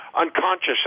unconscious